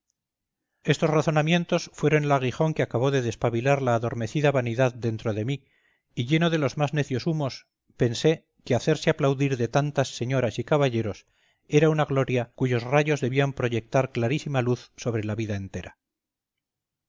estos razonamientos fueron el aguijón que acabó de despabilar la adormecida vanidad dentro de mí y lleno de los más necios humos pensé que hacerse aplaudir de tantas señoras y caballeros era una gloria cuyos rayos debían proyectar clarísima luz sobre la vida entera